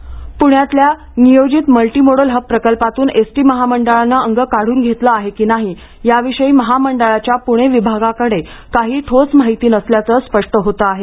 multimodal hub पुण्यातील नियोजित multimodal hub प्रकल्पातून एसटी महामंडळानं अंग काढून घेतलं आहे की नाही याविषयी महामंडळाच्या पूणे विभागाकडं काही ठोस माहिती नसल्याचं स्पष्ट होतं आहे